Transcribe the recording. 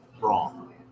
Wrong